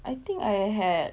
I think I had